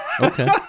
Okay